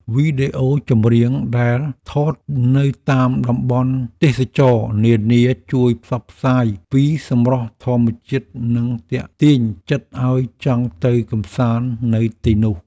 វីដេអូចម្រៀងដែលថតនៅតាមតំបន់ទេសចរណ៍នានាជួយផ្សព្វផ្សាយពីសម្រស់ធម្មជាតិនិងទាក់ទាញចិត្តឱ្យចង់ទៅកម្សាន្តនៅទីនោះ។